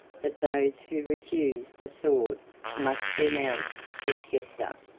that those who refuse the sword must renounce the sceptre.